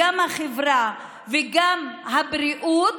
גם בהובלת החברה וגם בהובלת הבריאות.